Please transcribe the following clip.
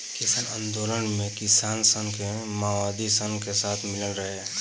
किसान आन्दोलन मे किसान सन के मओवादी सन के साथ मिलल रहे